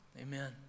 Amen